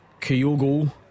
Kyogo